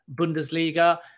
Bundesliga